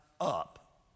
up